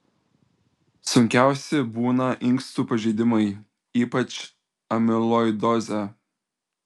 sunkiausi būna inkstų pažeidimai ypač amiloidozė